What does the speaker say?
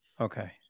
Okay